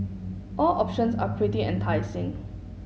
all options are pretty enticing